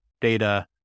data